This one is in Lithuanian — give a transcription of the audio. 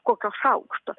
kokio šaukšto